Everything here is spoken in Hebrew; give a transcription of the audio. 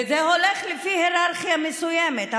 זה הולך לפי היררכיה מסוימת,